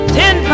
ten